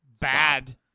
bad